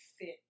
fit